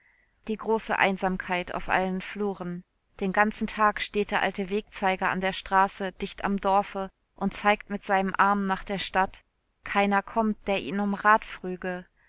die große einsamkeit auf allen fluren den ganzen tag steht der alte wegzeiger an der straße dicht am dorfe und zeigt mit seinem arm nach der stadt keiner kommt der ihn um rat früge